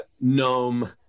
gnome